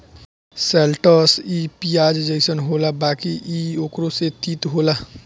शैलटस इ पियाज जइसन होला बाकि इ ओकरो से तीत होला